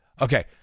Okay